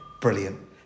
Brilliant